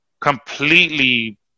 completely